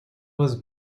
was